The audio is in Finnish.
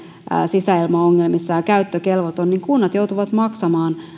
sisäilmaongelmissa ja käyttökelvoton niin kunnat joutuvat maksamaan